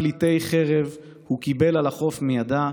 פליטי חרב / הוא קיבל על החוף מידה.